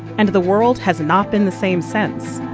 and the world has not been the same since.